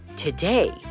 Today